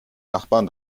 nachbarn